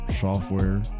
software